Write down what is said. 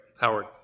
Howard